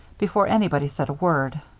before anybody said a word.